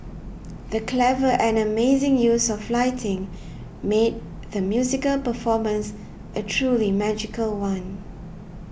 the clever and amazing use of lighting made the musical performance a truly magical one